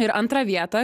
ir antrą vietą